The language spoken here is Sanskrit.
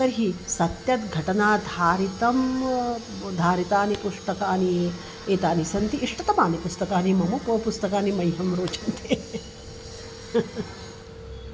तर्हि सत्यघटनाधारितं धारितानि पुस्तकानि एतानि सन्ति इष्टतमानि पुस्तकानि मम तु पुस्तकानि मह्यं रोचन्ते